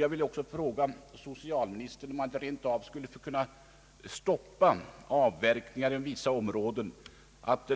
Jag vill fråga socialministern, om man inte rentav skulle kunna stoppa avverkningarna i vissa fall,